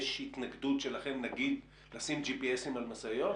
האם יש התנגדות שלכם לשים GPS על משאיות?